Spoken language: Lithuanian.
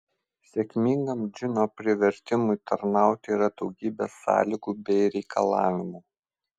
sėkmingam džino privertimui tarnauti yra daugybė sąlygų bei reikalavimų